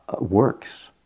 works